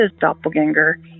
doppelganger